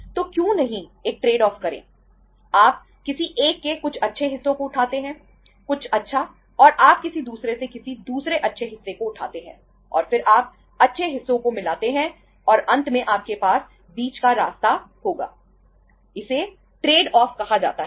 तो क्यों नहीं एक ट्रेड ऑफ कहा जाता है